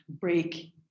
break